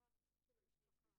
בוקר טוב.